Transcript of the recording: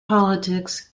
politics